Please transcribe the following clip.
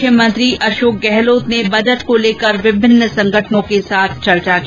मुख्यमंत्री अशोक गहलोत ने बजट को लेकर विभिन्न संगठनों के साथ चर्चा की